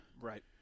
Right